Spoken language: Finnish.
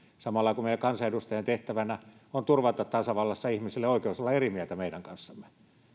kun meidän kansanedustajien tehtävänä on turvata tasavallassa ihmisille oikeus olla eri mieltä meidän kanssamme niin